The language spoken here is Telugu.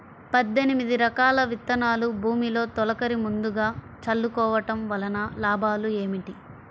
పద్దెనిమిది రకాల విత్తనాలు భూమిలో తొలకరి ముందుగా చల్లుకోవటం వలన లాభాలు ఏమిటి?